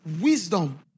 wisdom